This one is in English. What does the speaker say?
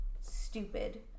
stupid